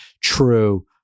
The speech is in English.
true